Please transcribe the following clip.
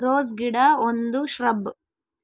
rose ಗಿಡ ಒಂದು shrub